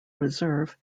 reserve